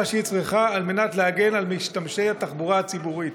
שהיא צריכה על מנת להגן על משתמשי התחבורה הציבורית.